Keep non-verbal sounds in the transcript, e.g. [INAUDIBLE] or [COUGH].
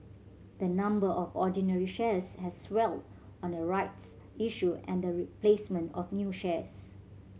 the number of ordinary shares has swelled on a rights issue and the [UNINTELLIGIBLE] placement of new shares